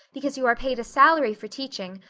because you are paid a salary for teaching,